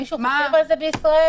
מישהו חושב על זה בישראל?